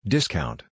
Discount